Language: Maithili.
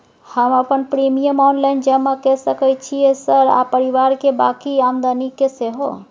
हम अपन प्रीमियम ऑनलाइन जमा के सके छियै सर आ परिवार के बाँकी आदमी के सेहो?